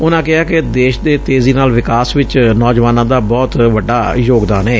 ਉਨਾਂ ਕਿਹਾ ਕਿ ਦੇਸ ਦੇ ਤੇਜ਼ੀ ਨਾਲ ਵਿਕਾਸ ਵਿਚ ਨੌਜੁਆਨਾਂ ਦਾ ਬਹੁਤ ਵੱਡ ਯੋਗਦਾਨ ਏ